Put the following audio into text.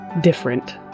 different